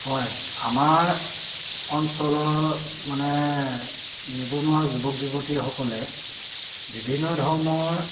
হয় আমাৰ অঞ্চলৰ মানে নিৱনুৱা যুৱক যুৱতীসকলে বিভিন্ন ধৰণৰ